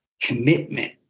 commitment